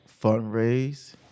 fundraise